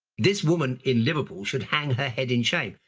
this woman in liverpool should hang her head in shame,